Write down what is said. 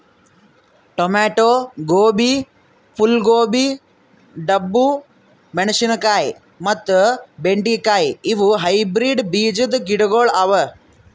tomato, ಗೋಬಿ, ಫೂಲ್ ಗೋಬಿ, ಡಬ್ಬು ಮೆಣಶಿನಕಾಯಿ ಮತ್ತ ಬೆಂಡೆ ಕಾಯಿ ಇವು ಹೈಬ್ರಿಡ್ ಬೀಜದ್ ಗಿಡಗೊಳ್ ಅವಾ